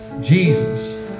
Jesus